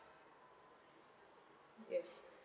yes